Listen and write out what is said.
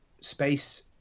Space